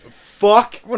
Fuck